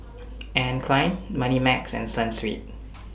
Anne Klein Moneymax and Sunsweet